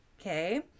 okay